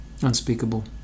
unspeakable